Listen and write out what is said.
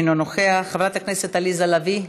אינו נוכח, חברת הכנסת עליזה לביא,